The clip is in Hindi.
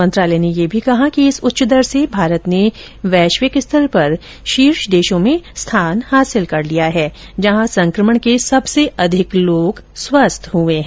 मंत्रालय ने यह भी कहा है कि इस उच्च दर से भारत ने वैश्विक स्तर पर शीर्ष देशों में स्थान हासिल कर लिया है जहां संकमण के सबसे अधिक लोग स्वस्थ हुए हैं